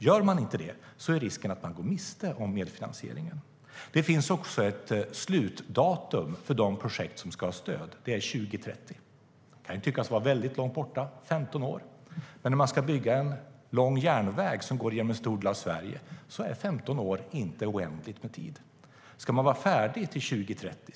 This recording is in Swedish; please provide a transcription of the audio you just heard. Gör man inte det är risken att man går miste om medfinansieringen. Det finns också ett slutdatum för de projekt som ska ha stöd, och det är 2030. Det kan tyckas vara väldigt långt borta, 15 år, men om man ska bygga en lång järnväg genom en stor del av Sverige är 15 år inte oändligt med tid. Ska man vara färdig till 2030?